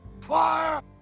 Fire